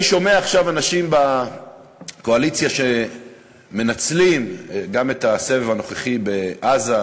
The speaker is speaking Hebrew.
אני שומע עכשיו אנשים בקואליציה שמנצלים גם את הסבב הנוכחי בעזה,